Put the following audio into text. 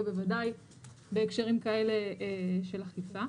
ובוודאי בהקשרים כאלה של אכיפה.